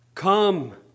Come